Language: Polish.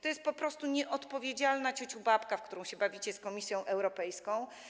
To jest po prostu nieodpowiedzialna ciuciubabka, w którą się bawicie z Komisją Europejską.